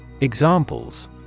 Examples